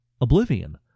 Oblivion